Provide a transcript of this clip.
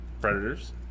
Predators